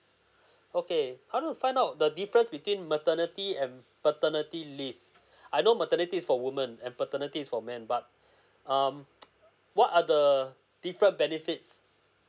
okay I want to find out the difference between maternity and paternity leave I know maternity is for women and paternity for men but um what are the different benefits